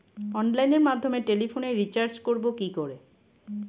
অনলাইনের মাধ্যমে টেলিফোনে রিচার্জ করব কি করে?